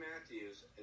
Matthews